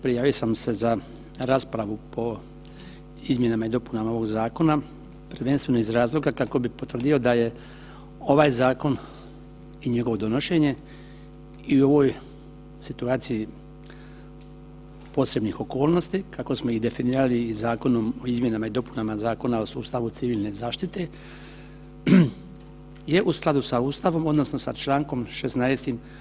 Prijavio sam se za raspravu po izmjenama i dopunama ovog zakona, prvenstveno iz razloga kako bi potvrdio da je ovaj zakon i njegovo donošenje i u ovoj situaciji posebnih okolnosti, kako smo i definirali i Zakonom o izmjenama i dopunama Zakona o sustavu civilne zaštite, je u skladu sa Ustavom, odnosno sa čl. 16.